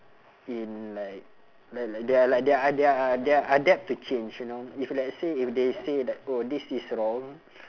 in like like like they are like they are they are adapt to change you know if let's say if they say like oh this is wrong